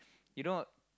you know